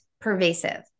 pervasive